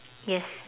yes